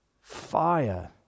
fire